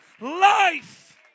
life